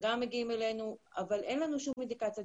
אין לנו שום אינדיקציה.